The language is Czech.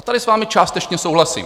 Tady s vámi částečně souhlasím.